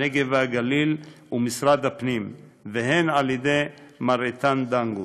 הנגב והגליל ומשרד הפנים והן על-ידי מר איתן דנגוט.